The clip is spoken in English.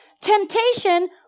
Temptation